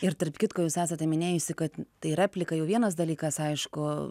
ir tarp kitko jūs esate minėjusi kad tai replika jau vienas dalykas aišku